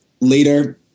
later